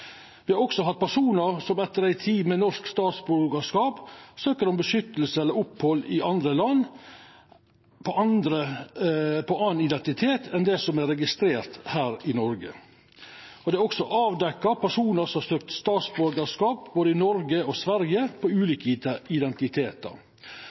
Vi har også hatt personar som etter ei tid med norsk statsborgarskap søkjer om vern eller opphald i andre land på ein annan identitet enn den som er registrert her i Noreg. I tillegg er det avdekt at personar har søkt statsborgarskap både i Noreg og Sverige på